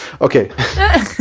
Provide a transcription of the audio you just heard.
okay